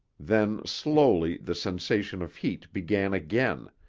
then, slowly, the sensation of heat began again,